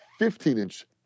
15-inch